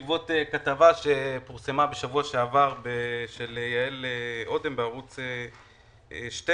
בעקבות כתבה שפורסמה בשבוע שעבר של יעל בערוץ 12,